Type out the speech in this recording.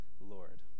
Lord